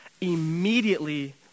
immediately